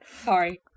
Sorry